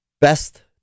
best